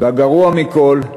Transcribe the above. והגרוע מכול,